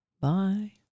Bye